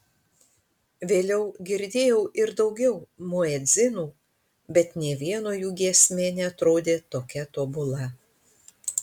vėliau girdėjau ir daugiau muedzinų bet nė vieno jų giesmė neatrodė tokia tobula